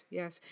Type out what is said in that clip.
yes